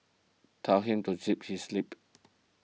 tell him to zip his lip